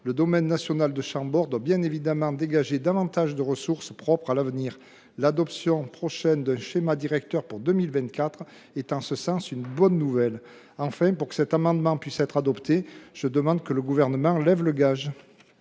le domaine national de Chambord doit bien évidemment dégager davantage de ressources propres à l’avenir. L’adoption prochaine d’un schéma directeur pour 2024 est une bonne nouvelle en ce sens. Enfin, afin que cet amendement puisse être adopté, je demande au Gouvernement de lever le gage.